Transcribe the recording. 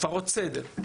הפרות סדר.